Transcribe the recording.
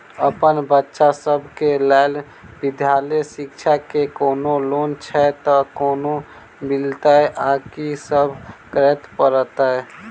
अप्पन बच्चा सब केँ लैल विधालय शिक्षा केँ कोनों लोन छैय तऽ कोना मिलतय आ की सब करै पड़तय